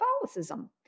Catholicism